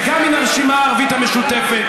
וגם מן הרשימה הערבית המשותפת,